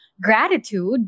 gratitude